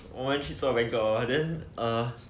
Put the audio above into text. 我们去做 banquet hor then err